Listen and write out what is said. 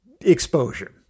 exposure